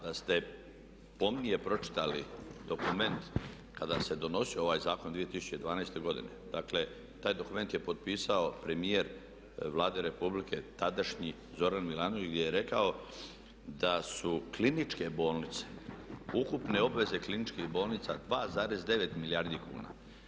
Da ste pomnije pročitali dokument kada se donosio ovaj zakon 2012. godine, dakle taj dokument je potpisao premijer Vlade Republike, tadašnji Zoran Milanović gdje je rekao da su kliničke bolnice, ukupne obveze kliničkih bolnica 2,9 milijardi kuna.